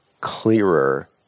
clearer